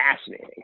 fascinating